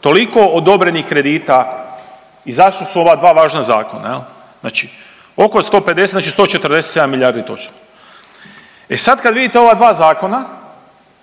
toliko odobrenih kredita i zašto su ova dva važna zakona jel, znači oko 150, znači 147 milijardi točno. E sad kad vidite ova dva zakona,